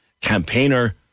campaigner